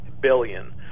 billion